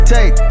Take